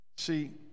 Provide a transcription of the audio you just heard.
See